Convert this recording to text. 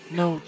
no